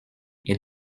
est